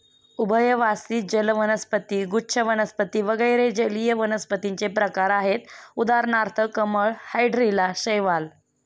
उभयवासी जल वनस्पती, गुच्छ वनस्पती वगैरे जलीय वनस्पतींचे प्रकार आहेत उदाहरणार्थ कमळ, हायड्रीला, शैवाल